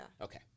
Okay